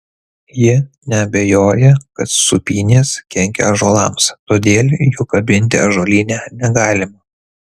ji neabejoja kad sūpynės kenkia ąžuolams todėl jų kabinti ąžuolyne negalima